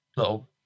Little